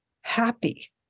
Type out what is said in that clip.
happy